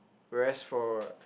whereas for